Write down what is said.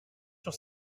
sur